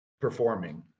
performing